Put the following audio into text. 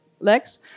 legs